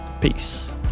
Peace